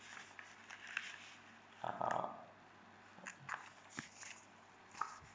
(uh huh)